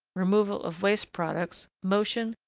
removal of waste products, motion,